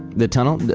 the tunnel?